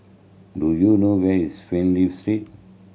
do you know where is Fernvale Street